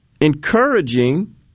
encouraging